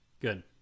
good